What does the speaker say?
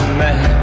man